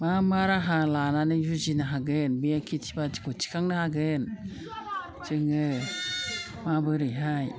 मा मा राहा लानानै जुजिनो हागोन बे खेथि बाथिखौ थिखांनो हागोन जोङो माबोरैहाय